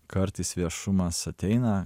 kartais viešumas ateina